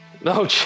No